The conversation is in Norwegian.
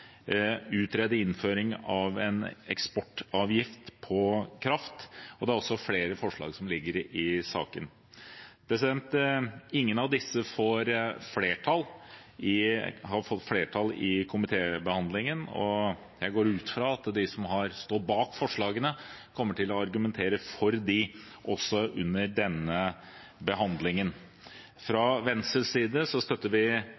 utrede innføring av en eksportavgift på kraft Ingen av disse har fått flertall i komitébehandlingen, men jeg går ut fra at de som står bak disse forslagene, kommer til å argumentere for dem under denne behandlingen også. Venstre støtter